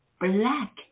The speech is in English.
black